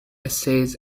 essays